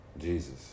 Jesus